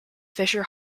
fisher